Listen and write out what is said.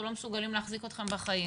אנחנו לא מסוגלים להחזיק אתכם בחיים,